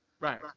Right